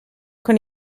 con